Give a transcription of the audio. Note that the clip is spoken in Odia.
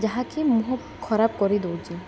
ଯାହାକି ମୁହଁ ଖରାପ୍ କରି ଦେଉଛି